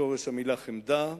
שורש המלה "חמדה",